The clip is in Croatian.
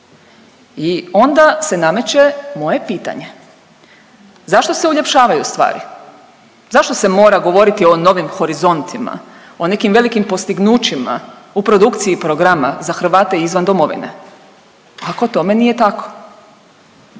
i onda se nameće moje pitanje, zašto se uljepšavaju stvari, zašto se mora govoriti o novim horizontima, o nekim velikim postignućima u produkciji programa za Hrvate izvan domovine ako tome nije tako?